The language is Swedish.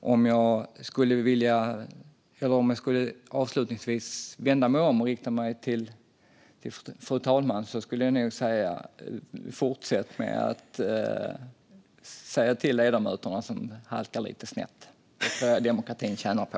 Om jag avslutningsvis skulle vända mig om och rikta mig till fru talmannen skulle jag nog säga: Fortsätt med att säga till de ledamöter som halkar lite snett! Det tror jag att demokratin tjänar på.